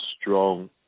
strong